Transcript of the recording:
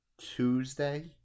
Tuesday